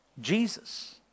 Jesus